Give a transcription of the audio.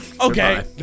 Okay